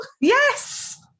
Yes